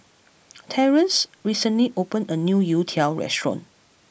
Terrence recently opened a new Youtiao restaurant